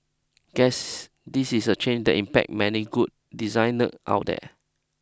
guess this is a chain that impacts many good design nerd out there